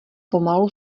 pomalu